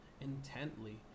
intently